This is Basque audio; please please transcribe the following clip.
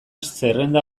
zerrenda